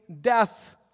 death